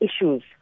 issues